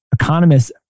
economists